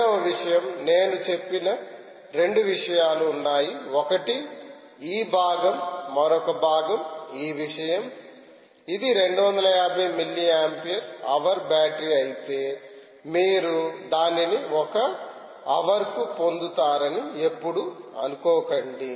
రెండవ విషయం నేను చెప్పిన రెండు విషయాలు ఉన్నాయి ఒకటి ఈ భాగం మరొక భాగం ఈ విషయం ఇది 250 మిల్లీ ఆంపియర్ హవర్ బ్యాటరీ అయితే మీరు దానిని ఒక హవర్ కు పొందుతారని ఎప్పుడూ అనుకోకండి